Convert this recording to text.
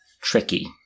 tricky